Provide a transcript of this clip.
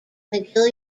mcgill